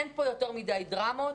אין פה יותר מדי דרמות.